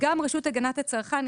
גם רשות הגנת הצרכן,